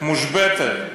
מושבתת.